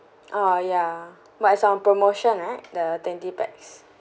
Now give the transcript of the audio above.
ah ya but it's on promotion right the twenty pax